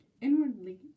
Inwardly